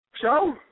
Show